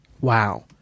Wow